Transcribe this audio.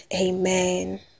amen